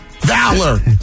Valor